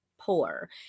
poor